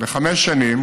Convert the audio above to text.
לחמש שנים,